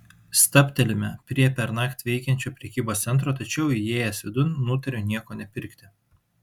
stabtelime prie pernakt veikiančio prekybos centro tačiau įėjęs vidun nutariu nieko nepirkti